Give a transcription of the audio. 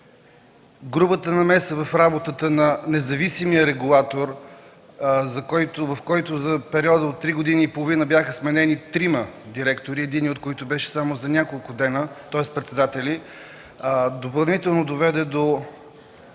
Грубата намеса в работата на независимия регулатор, в който за периода от три години и половина бяха сменени трима председатели – единият от които беше само за няколко дни, тоест, допълнително доведе до